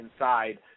inside